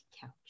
couch